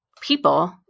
people